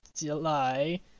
July